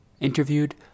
Interviewed